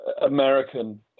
American